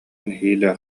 нэһиилэ